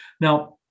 Now